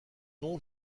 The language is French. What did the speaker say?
nom